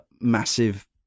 massive